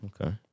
Okay